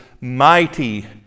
mighty